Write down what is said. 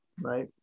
Right